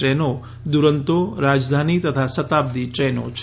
ટ્રેનો દુરન્તો રાજધાની તથા શતાબ્દી ટ્રેનો છે